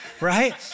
right